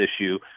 issue